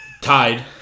tied